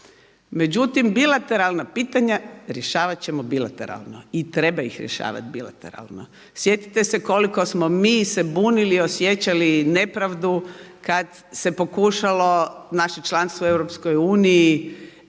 Međutim bilateralna pitanja rješavat ćemo bilateralno. I treba ih rješavati bilateralno. Sjetite se koliko smo mi se bunili i osjećali nepravdu kada se pokušalo naše članstvo u EU